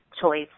choice